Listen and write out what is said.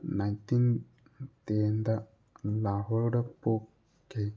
nineteen ꯇꯦꯟꯗ ꯂꯥꯍꯣꯔꯗ ꯄꯣꯛꯈꯤ